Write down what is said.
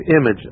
image